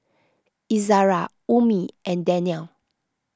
Izara Ummi and Danial